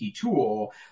tool